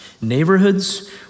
neighborhoods